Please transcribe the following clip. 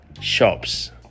shops